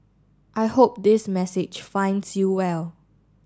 I hope this message finds you well